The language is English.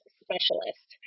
specialist